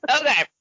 Okay